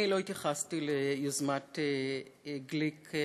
אני לא התייחסתי ליוזמת גליק-חאג'-יחיא